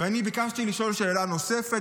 ואני ביקשתי לשאול שאלה נוספת,